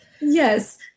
Yes